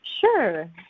Sure